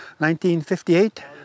1958